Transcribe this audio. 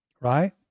Right